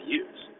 use